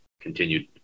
continued